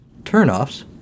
Turn-offs